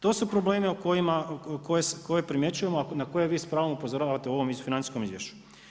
To su problemi koje primjećujemo a na koje vi s pravom upozoravate u ovom financijskom izvješću.